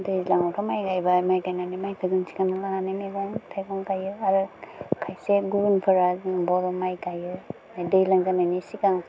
दैज्लाङावथ' माय गायबाय माय गायनानै मायखौ जों थिखांना लानानै मैगं थाइगं गायो आरो खायसे गुबुनफोरा जों बर' माय गायो दैज्लां जानायनि सिगां